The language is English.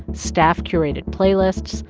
staff-curated playlists,